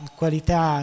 qualità